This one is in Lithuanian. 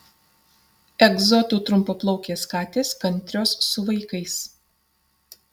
egzotų trumpaplaukės katės kantrios su vaikais